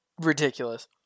ridiculous